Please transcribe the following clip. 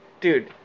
dude